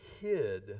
hid